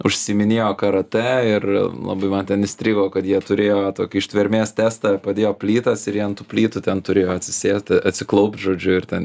užsiiminėjo karatė ir labai man ten įstrigo kad jie turėjo tokį ištvermės testą padėjo plytas ir jie ant tų plytų ten turėjo atsisėst atsiklaupt žodžiu ir ten